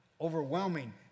overwhelming